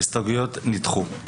ההסתייגויות נדחו.